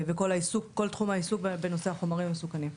וכל תחום העיסוק בנושא החומרים המסוכנים.